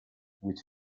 which